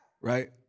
right